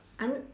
I'm not